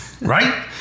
Right